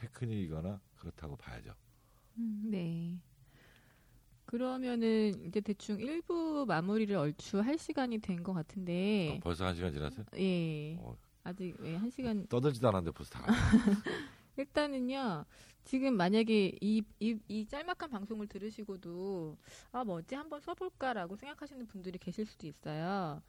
테크닉이거나 그렇다고 봐야죠. 음, 네. 그러면은 이제 대충 일 부 마무리를 얼추 할 시간이 된 것 같은데. 어, 벌써 한 시간 지났어요? 예. 어. 아직, 네, 한 아, 시간- 떠들지도 않았는데 벌써 다 가네. 일단은요, 지금 만약에 이- 이- 이 짤막한 방송을 들으시고도 아, 뭐지? 한번 써볼까라고 생각하시는 분들이 계실 수도 있어요.